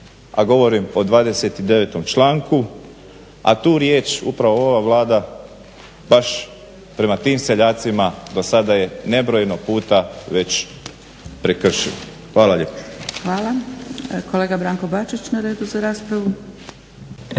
a govorim o 29. Članku a tu riječ upravo ova Vlada baš prema tim seljacima do sada je nebrojeno puta već prekršila. Hvala lijepa. **Zgrebec, Dragica (SDP)** Kolega Branko Bačić na redu za raspravu.